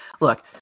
look